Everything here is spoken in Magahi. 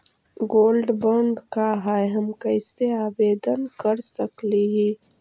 गोल्ड बॉन्ड का है, हम कैसे आवेदन कर सकली ही?